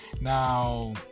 now